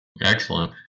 excellent